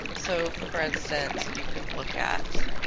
so for instance you could look at